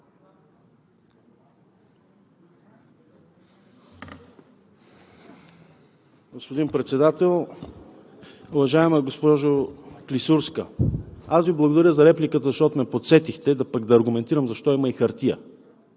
Господин Председател! Уважаема госпожо Клисурска, аз Ви благодаря за репликата, защото ме подсетихте да се аргументирам защо има и хартия.